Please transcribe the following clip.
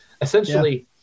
essentially